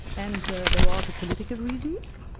and there were also political reasons.